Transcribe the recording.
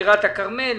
טירת הכרמל,